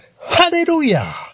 Hallelujah